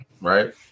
right